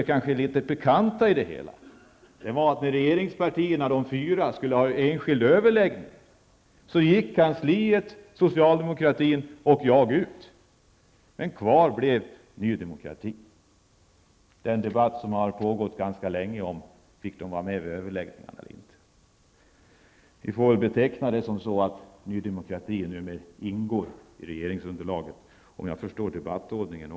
Det pikanta är att när regeringspartierna, de fyra, skulle ha enskild överläggning, så gick kansliet, soocialdemokraterna och jag ut, men kvar blev Ny Demokrati. Det har ganska länge pågått en debatt om det partiet skulle få vara med vid överläggningarna eller inte. Vi får väl anse att Ny Demokrati numera ingår i regeringsunderlaget, vilket man även kan se av debattordningen.